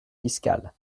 fiscales